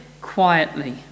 quietly